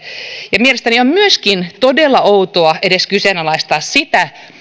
sellainen mielestäni on myöskin todella outoa edes kyseenalaistaa sitä niin